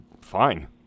Fine